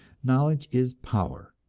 knowledge is power,